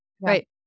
Right